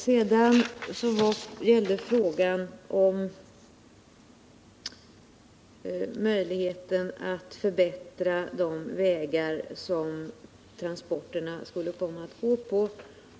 Bertil Jonasson ställde en fråga om möjligheten att förbättra de vägar som transporterna skulle komma att gå på.